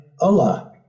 Allah